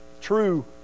true